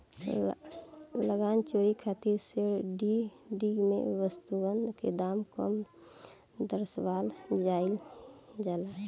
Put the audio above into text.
लगान चोरी खातिर सेल डीड में वस्तुअन के दाम कम दरसावल जाइल जाला